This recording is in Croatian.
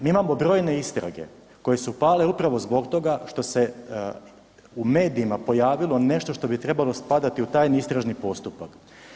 Mi imamo brojne istrage koje su pale upravo zbog toga što se u medijima pojavilo nešto što bi trebalo spadati u tajni istražni postupak.